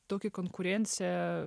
tokią konkurenciją